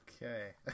okay